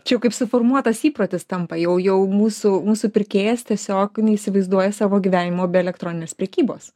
čia jau kaip suformuotas įprotis tampa jau jau mūsų mūsų pirkėjas tiesiog neįsivaizduoja savo gyvenimo be elektroninės prekybos